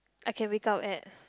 I can wake up at